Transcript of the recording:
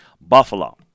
Buffalo